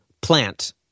plant